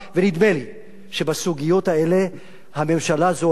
נדמה לי שבסוגיות האלה הממשלה הזאת הולכת